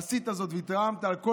עשית זאת והתרעמת על כל